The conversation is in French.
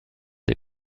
des